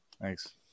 Thanks